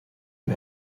you